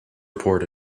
report